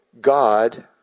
God